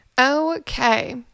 Okay